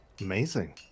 Amazing